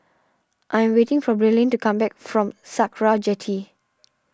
I am waiting for Brynlee to come back from Sakra Jetty